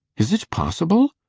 is it possible!